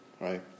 right